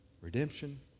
redemption